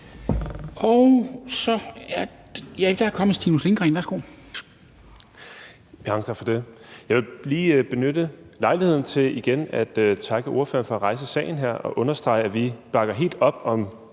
Værsgo. Kl. 14:13 Stinus Lindgreen (RV): Mange tak for det. Jeg vil lige benytte lejligheden til igen at takke ordføreren for at rejse sagen her og understrege, at vi bakker helt op om